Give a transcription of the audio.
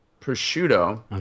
prosciutto